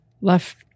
left